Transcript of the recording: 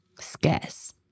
scarce